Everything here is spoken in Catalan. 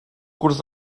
curs